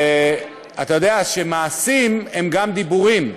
אתה יודע, מעשים הם גם דיבורים,